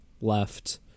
left